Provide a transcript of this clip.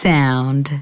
Sound